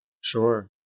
Sure